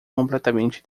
completamente